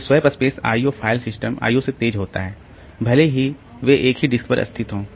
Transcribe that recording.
तो swap space I O file system IO से तेज होता है भले ही वे एक ही डिस्क पर स्थित हों